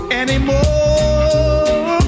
anymore